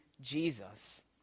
Jesus